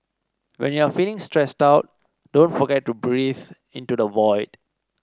when you are feeling stressed out don't forget to breathe into the void